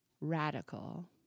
radical